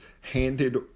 handed